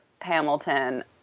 Hamilton